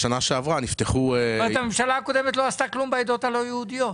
בשנה שעברה נפתחו -- הממשלה הקודמת לא עשתה כלום בעדות הלא יהודיות.